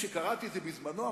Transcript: כשקראתי את זה בזמנו,